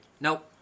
Nope